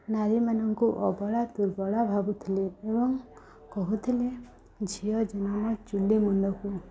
ନାରୀମାନଙ୍କୁ ଅବଳା ଦୁର୍ବଳା ଭାବୁଥିଲେ ଏବଂ କହୁଥିଲେ ଝିଅ ଜନମ ଚୁଲି ମୁଣ୍ଡକୁ